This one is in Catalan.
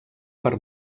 per